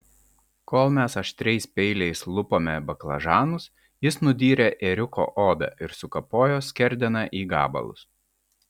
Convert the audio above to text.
kol mes aštriais peiliais lupome baklažanus jis nudyrė ėriuko odą ir sukapojo skerdeną į gabalus